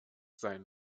sein